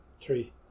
Three